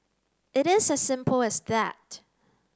it is as simple as that